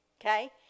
okay